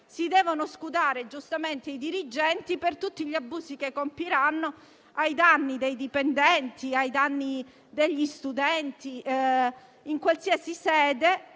si devono giustamente scudare i dirigenti per tutti gli abusi che compiranno ai danni dei dipendenti e degli studenti, in qualsiasi sede.